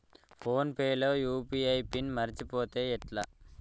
Phone pay లో UPI PIN మరచిపోతే ఎట్లా?